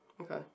Okay